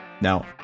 Now